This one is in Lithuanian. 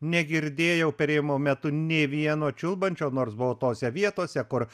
negirdėjau perėjimo metu nė vieno čiulbančio nors buvau tose vietose kur